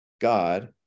God